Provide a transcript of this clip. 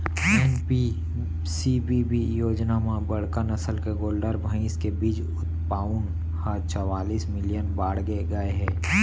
NPCBB योजना म बड़का नसल के गोल्लर, भईंस के बीज उत्पाउन ह चवालिस मिलियन बाड़गे गए हे